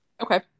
okay